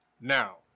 Now